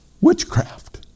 witchcraft